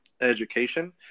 education